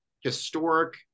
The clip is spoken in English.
historic